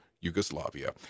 Yugoslavia